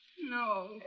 No